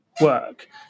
work